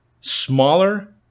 smaller